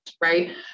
right